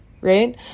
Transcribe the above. right